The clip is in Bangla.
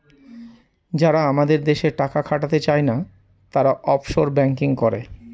যারা আমাদের দেশে টাকা খাটাতে চায়না, তারা অফশোর ব্যাঙ্কিং করে